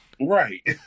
Right